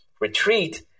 retreat